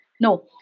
No